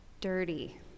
Dirty